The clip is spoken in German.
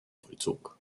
vollzog